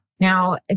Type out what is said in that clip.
Now